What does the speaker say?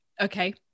Okay